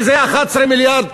שזה 11 מיליארד,